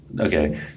Okay